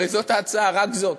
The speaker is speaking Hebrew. הרי זאת ההצעה, רק זאת.